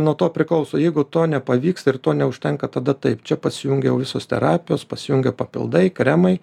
nuo to priklauso jeigu to nepavyks ir to neužtenka tada taip čia pasijungia jau visos terapijos pasijungia papildai kremai